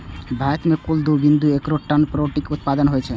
भारत मे कुल दू बिंदु दू करोड़ टन पोल्ट्री उत्पादन होइ छै